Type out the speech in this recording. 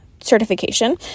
certification